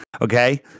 Okay